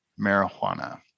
marijuana